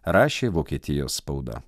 rašė vokietijos spauda